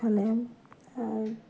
পালেং